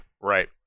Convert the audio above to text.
right